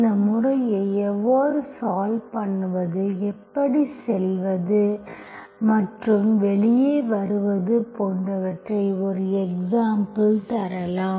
இந்த முறையை எவ்வாறு சால்வ் பண்ணுவது எப்படி செல்வது மற்றும் வெளியே வருவது போன்றவற்றை ஒரு எக்சாம்புல் தரலாம்